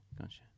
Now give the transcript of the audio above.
Gotcha